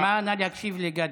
נעמה, נא להקשיב לגדי.